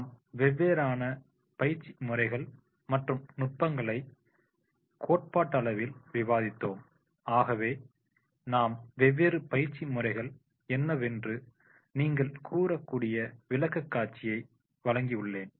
நாம் வெவ்வேறான பயிற்சி முறைகள் மற்றும் நுட்பங்களை கோட்பாட்டளவில் விவாதித்தோம் ஆகவே நான் வெவ்வேறு பயிற்சி முறைகள் என்னவென்று நீங்கள் கூறக்கூடிய விளக்க காட்சியை வழங்கியுள்ளேன்